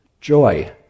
joy